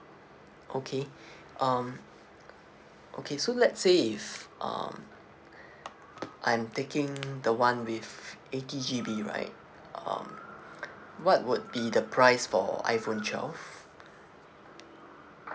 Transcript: okay um okay so let's say if um I'm taking the one with eighty G_B right um what would be the price for iphone twelve